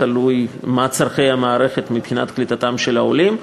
תלוי מה יהיו צורכי המערכת מבחינת קליטתם של העולים.